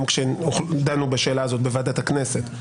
גם כשדנו בשאלה הזאת בוועדת הכנסת,